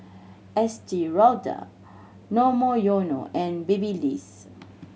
Estee Lauder Monoyono and Babyliss